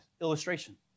illustration